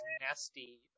nasty